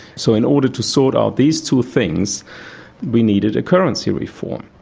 so in order to sort out these two things we needed a currency reform.